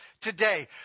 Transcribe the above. today